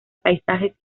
paisajes